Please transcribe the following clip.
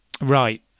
right